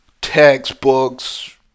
textbooks